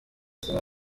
iyi